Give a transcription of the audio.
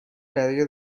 برای